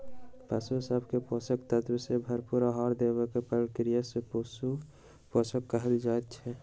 पशु सभ के पोषक तत्व सॅ भरपूर आहार देबाक प्रक्रिया के पशु पोषण कहल जाइत छै